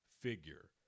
figure